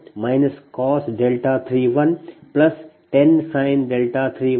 50 cos 3110 sin 31 0